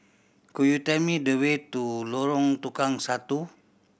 could you tell me the way to Lorong Tukang Satu